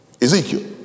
Ezekiel